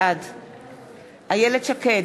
בעד איילת שקד,